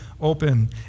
open